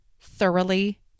thoroughly